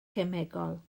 cemegol